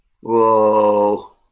Whoa